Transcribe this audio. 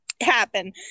happen